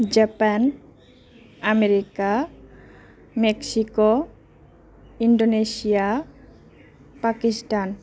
Japan America Mexico Indonesia Pakistan